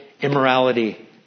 immorality